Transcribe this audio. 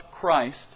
Christ